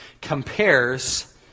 compares